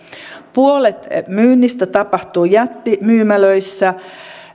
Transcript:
puolet myynnistä tapahtuu jättimyymälöissä